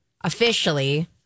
officially